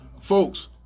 Folks